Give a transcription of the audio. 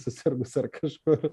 susirgus ar kažkur